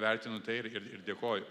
vertinu tai ir ir ir dėkoju